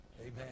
Amen